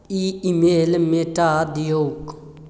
ई email मिटा दिऔ